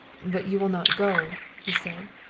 but you will not go? he said.